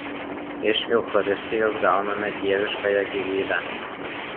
iš eucharistijos gauname dieviškąją gyvybę